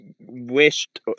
wished